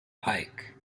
pike